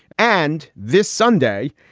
and this sunday,